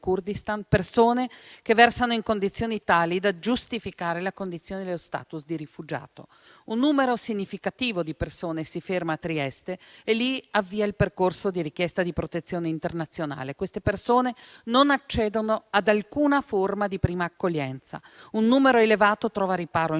persone che versano in condizioni tali da giustificare la condizione dello *status* di rifugiato. Un numero significativo di persone si ferma a Trieste e lì avvia il percorso di richiesta di protezione internazionale. Queste persone non accedono ad alcuna forma di prima accoglienza. Un numero elevato trova riparo in